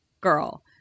girl